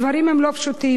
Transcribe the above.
הדברים הם לא פשוטים.